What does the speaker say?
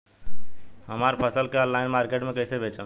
हमार फसल के ऑनलाइन मार्केट मे कैसे बेचम?